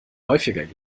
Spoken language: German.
häufiger